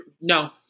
No